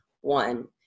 one